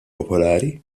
popolari